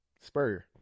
Spurrier